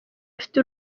bafite